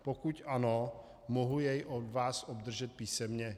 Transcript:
Pokud ano, mohu jej od vás obdržet písemně?